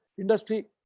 industry